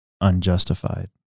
unjustified